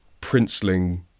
princeling